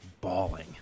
bawling